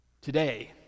Today